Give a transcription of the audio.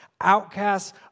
outcasts